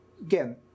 again